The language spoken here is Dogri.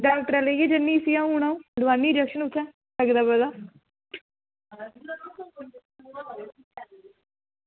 डॉक्टरै दे लैनी आं अंऊ इसी ते लोआनी आं इंजेक्शन उत्थें लगदा पता